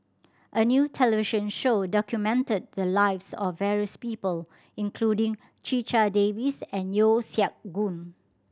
a new television show documented the lives of various people including Checha Davies and Yeo Siak Goon